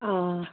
آ